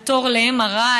על תור ל-MRI,